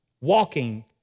walking